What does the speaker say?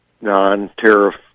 non-tariff